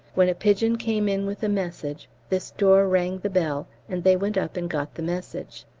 when a pigeon came in with a message, this door rang the bell and they went up and got the message.